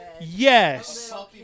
Yes